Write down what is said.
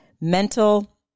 mental